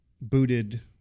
booted